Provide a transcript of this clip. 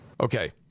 Okay